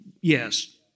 yes